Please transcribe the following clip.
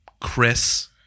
Chris